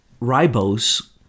ribose